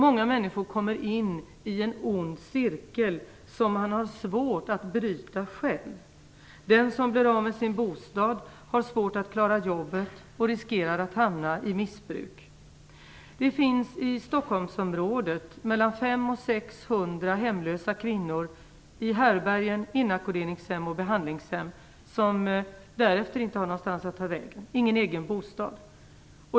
Många människor kommer in i en ond cirkel som de har svårt att bryta själva. Den som blir av med sin bostad har svårt att klara jobbet och riskerar att hamna i missbruk. Det finns i Stockholmsområdet mellan 500 och 600 hemlösa kvinnor, i härbärgen, inackorderingshem och behandlingshem, som därefter inte har någonstans att ta vägen. De har ingen egen bostad.